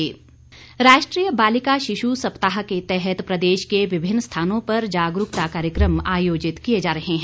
बेटी बचाओ राष्ट्रीय बालिका शिशु सप्ताह के तहत प्रदेश के विभिन्न स्थानों पर जागरूकता कार्यक्रम आयोजित किये जा रहे हैं